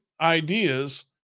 ideas